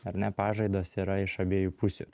ar ne pažaidos yra iš abiejų pusių